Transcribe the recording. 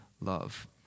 love